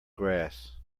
grass